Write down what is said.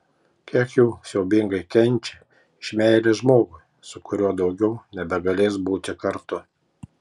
kiek jų siaubingai kenčia iš meilės žmogui su kuriuo daugiau nebegalės būti kartu